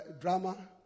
drama